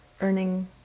earning